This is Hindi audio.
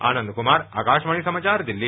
आनन्द कुमार आकाशवाणी समाचार दिल्ली